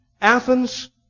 Athens